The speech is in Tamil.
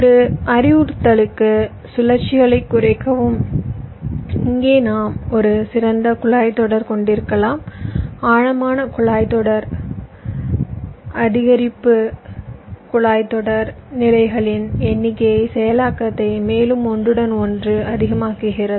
ஒரு அறிவுறுத்தலுக்கு சுழற்சிகளைக் குறைக்கவும் இங்கே நாம் ஒரு சிறந்த குழாய் தொடர் கொண்டிருக்கலாம் ஆழமான குழாய் தொடர் அதிகரிப்பு குழாய் தொடர் நிலைகளின் எண்ணிக்கை செயலாக்கத்தை மேலும் ஒன்றுடன் ஒன்று அதிகமாக்குகிறது